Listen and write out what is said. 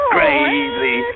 Crazy